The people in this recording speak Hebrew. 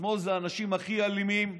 השמאל זה האנשים הכי אלימים,